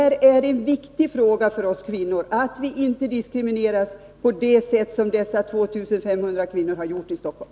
Det är en viktig fråga för oss kvinnor att vi inte diskrimineras på det sätt som har skett med dessa 2 500 kvinnor i Stockholm.